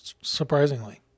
Surprisingly